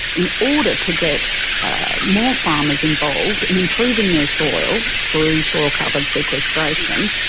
in order to get more farmers involved in improving their soil through soil carbon sequestration,